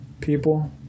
people